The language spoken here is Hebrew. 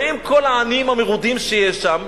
באים כל העניים המרודים שיש שם,